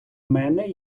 мене